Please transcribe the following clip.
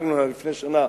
לפני שנה,